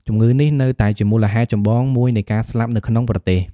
ជំងឺនេះ នៅតែជាមូលហេតុចម្បងមួយនៃការស្លាប់នៅក្នុងប្រទេស។